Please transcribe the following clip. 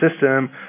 system